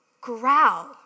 growl